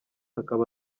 akaba